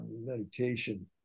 meditation